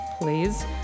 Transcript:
please